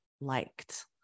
liked